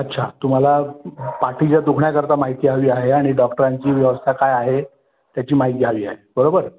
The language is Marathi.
अच्छा तुम्हाला पाठीच्या दुखण्याकरता माहिती हवी आहे आणि डॉक्टरांची व्यवस्था काय आहे त्याची माहिती हवी आहे बरोबर